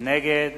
נגד